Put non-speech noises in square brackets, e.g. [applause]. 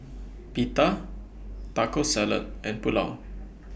[noise] Pita Taco Salad and Pulao